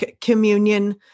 communion